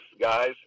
guys